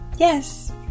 Yes